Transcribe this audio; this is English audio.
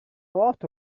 lot